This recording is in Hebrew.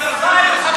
לא.